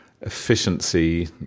efficiency